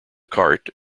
cart